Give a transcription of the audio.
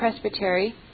Presbytery